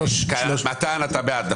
הצבעה ההסתייגות לא התקבלה.